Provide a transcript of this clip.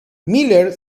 miller